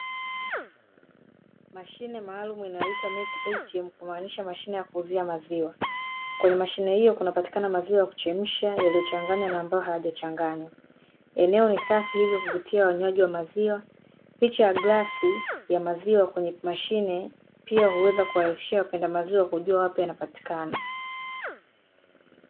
Mashine maalumu inayoitwa MILK ATM kumaanisha mashine ya kuuzia maziwa. Kwenye mashine hiyo kunapatikana maziwa ya kuchemshwa yaliyochanganywa na ambayo hayajachanganywa. Eneo ni safi hivyo kuvutia wanywaji wa maziwa. Picha ya glasi ya maziwa kwenye mashine pia huweza kuwarahisishia wapenda maziwa kujua ni wapi yanapatikana.